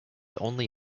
only